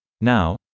Now